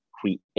create